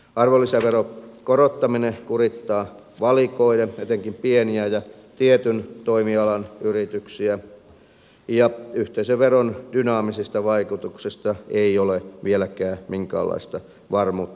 arvonlisäveron korottaminen kurittaa valikoiden etenkin pieniä ja tietyn toimialan yrityksiä ja yhteisöveron dynaamisista vaikutuksista ei ole vieläkään minkäänlaista varmuutta